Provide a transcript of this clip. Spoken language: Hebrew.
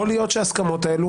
יכול להיות שההסכמות האלו